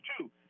two